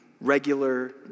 regular